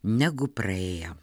negu praėję